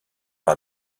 par